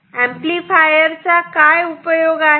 amplifier चा काय उपयोग आहे